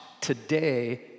today